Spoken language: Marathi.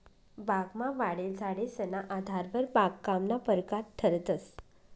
बागमा वाढेल झाडेसना आधारवर बागकामना परकार ठरतंस